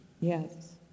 Yes